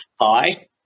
Hi